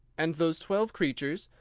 and those twelve creatures,